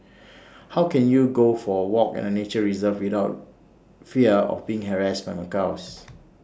how can you go for A walk in A nature reserve without fear of being harassed macaques